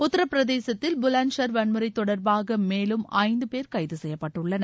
உத்தரப்பிரதேசத்தில் புலந்துஷார் வன்முறை தொடர்பாக மேலும் ஐந்து பேர் கைது செய்யப்பட்டுள்ளனர்